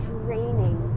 draining